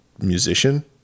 musician